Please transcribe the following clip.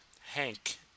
Hank